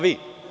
Vi.